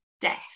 death